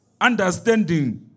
understanding